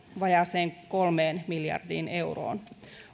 vajaaseen kolmeen miljardiin euroon